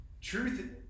Truth